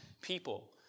people